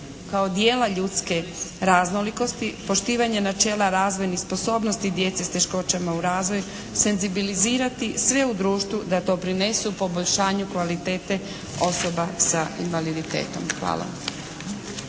kao dijela ljudske raznolikosti, poštivanje načela razvojnih sposobnosti djece s teškoćama u razvoju, senzibilizirati sve u društvu da doprinesu poboljšanju kvalitete osoba sa invaliditetom. Hvala.